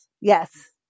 Yes